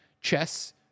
Chess